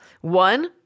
One